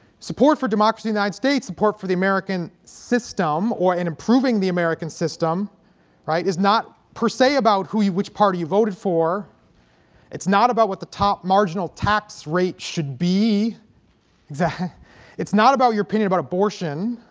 support for democracy united states support for the american system or in improving the american system right is not per se about who you which party you voted for it's not about what the top marginal tax rate should be exact it's not about your opinion about abortion